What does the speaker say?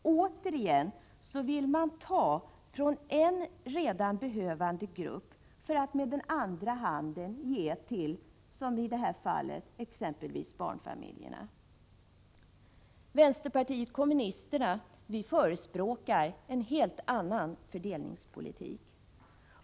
Åter vill man med den ena handen ta från en redan behövande grupp för att med den andra handen ge till, som i detta fall, barnfamiljerna. Vänsterpartiet kommunisterna förespråkade en helt annan fördelningspolitik.